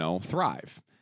thrive